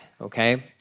okay